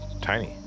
Tiny